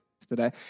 yesterday